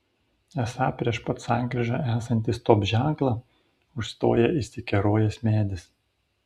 esą prieš pat sankryžą esantį stop ženklą užstoja įsikerojęs medis